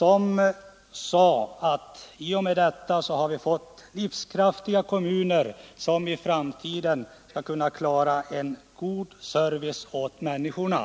varigenom vi fått livskraftiga kommuner som i framtiden skulle kunna ge en god service åt människorna.